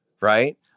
right